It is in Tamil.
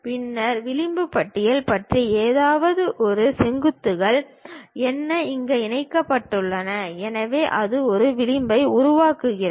பின்னர் விளிம்பு பட்டியல் பற்றி ஏதாவது அந்த செங்குத்துகள் என்ன இணைக்கப்பட்டுள்ளன எனவே அது ஒரு விளிம்பை உருவாக்குகிறது